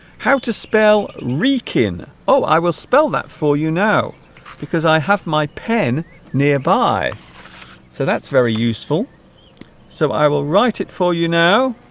how to spell rican oh i will spell that for you now because i have my pen nearby so that's very useful so i will write it for you now